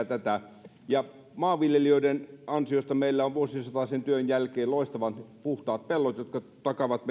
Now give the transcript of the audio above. tätä ja maanviljelijöiden ansiosta meillä on vuosisataisen työn jälkeen loistavan puhtaat pellot jotka takaavat